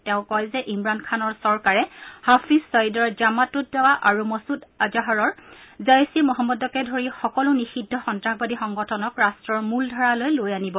তেওঁ কয় যে ইমৰান খানৰ চৰকাৰে হাফিজ চয়ীদৰ জামাত উদ দাৱা আৰু মচুদ অজহাৰৰ জইচ ই মহম্মদকে ধৰি সকলো নিষিদ্ধ সন্ত্ৰাসবাদী সংগঠনক ৰাষ্ট্ৰৰ মূল ধাৰালৈ লৈ আনিব